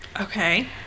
okay